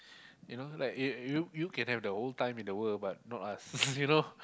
you know right you you you can have the whole time in the world but not us you know